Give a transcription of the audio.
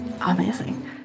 Amazing